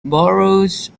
borrows